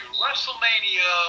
WrestleMania